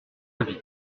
avis